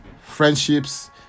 friendships